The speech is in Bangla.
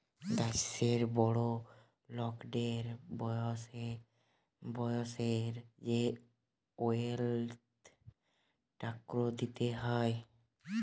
দ্যাশের বড় লকদের বসরে বসরে যে ওয়েলথ ট্যাক্স দিতে হ্যয়